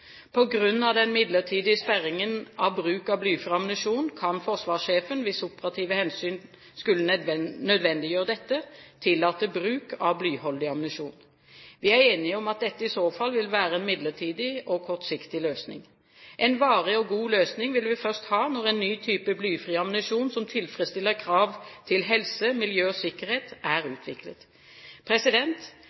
den midlertidige sperringen av bruk av blyfri ammunisjon, kan forsvarssjefen – hvis operative hensyn skulle nødvendiggjøre dette – tillate bruk av blyholdig ammunisjon. Vi er enige om at dette i så fall vil være en midlertidig og kortsiktig løsning. En varig og god løsning vil vi først ha når en type blyfri ammunisjon som tilfredsstiller krav til helse, miljø og sikkerhet, er utviklet.